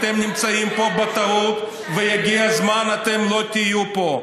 אתם נמצאים פה בטעות ויגיע הזמן שאתם לא תהיו פה,